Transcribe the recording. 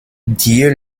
dieu